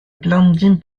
blandine